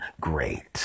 Great